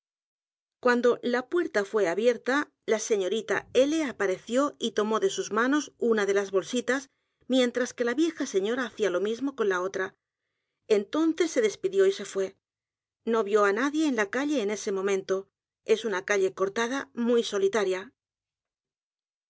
cuando la puerta fué abierta la sta l apareció y tomó de sus manos una de las bolsitas mientras que la vieja señora hacía lo mismo con la otra entonces se despidió y se fué no vio á nadie en la calle en ese momento es una calle cortada muy solitaria